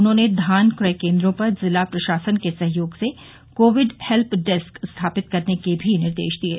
उन्होंने धान क्रय केन्द्रों पर जिला प्रशासन के सहयोग से कोविड हेल्प डेस्क स्थापित करने के भी निर्देश दिये